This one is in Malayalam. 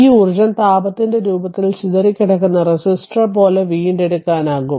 ഈ ഊർജ്ജം താപത്തിന്റെ രൂപത്തിൽ ചിതറിക്കിടക്കുന്ന റെസിസ്റ്റർ പോലെ വീണ്ടെടുക്കാനാകും